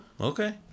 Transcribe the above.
okay